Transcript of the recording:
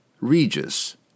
Regis